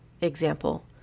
example